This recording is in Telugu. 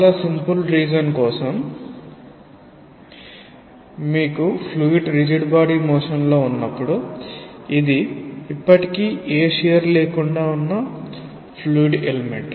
చాలా సింపుల్ కారణం కొరకు మీకు ఫ్లూయిడ్ రిజిడ్ బాడీ మోషన్ లో ఉన్నప్పుడు ఇది ఇప్పటికీ ఏ షియర్ లేకుండా ఉన్న ఫ్లూయిడ్ ఎలెమెంట్